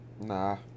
Nah